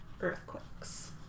earthquakes